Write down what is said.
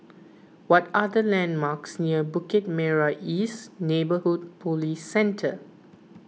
what are the landmarks near Bukit Merah East Neighbourhood Police Centre